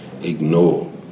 ignore